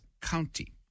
County